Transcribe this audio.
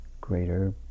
greater